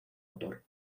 autor